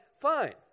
fine